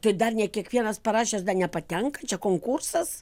tai dar ne kiekvienas parašęs dar nepatenka čia konkursas